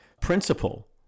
principle